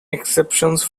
exceptions